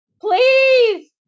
Please